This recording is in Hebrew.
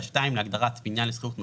(2) להגדרת "בניין לשכירות מוסדית",